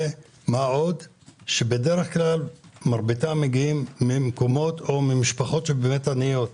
ומה שעוד שבדרך כלל מרביתם מגיעים ממשפחות עניות.